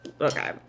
Okay